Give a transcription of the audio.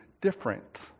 different